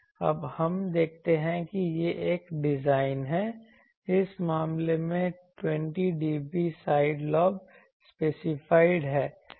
अब हम देखते हैं कि यह एक डिज़ाइन है इस मामले में 20dB साइड लॉब स्पेसिफाइड हैं